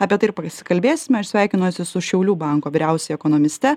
apie tai ir prasikalbėsime aš sveikinuosi su šiaulių banko vyriausioja ekonomiste